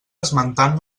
esmentant